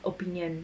opinion